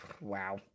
wow